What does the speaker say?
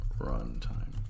Runtime